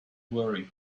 worry